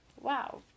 Wow